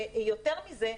יותר מזה,